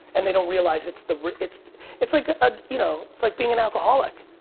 and they don't realize it's the, it's it's like a, you know, it's like being an alcoholic.